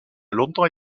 longtemps